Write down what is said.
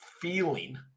feeling